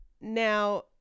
now